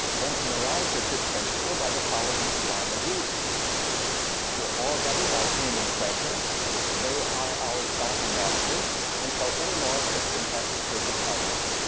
bentham arrives at this principle by the following line of reasoning we're all governed by pain and pleasure they are our sovereign masters and so any moral system has to take account of them.